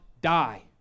die